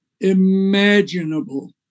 imaginable